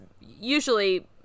Usually